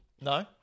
No